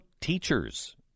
teachers